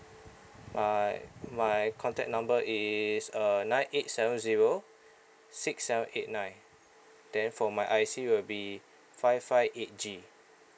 my my contact number is err nine eight seven zero six seven eight nine then for my I_C will be five five eight G